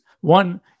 One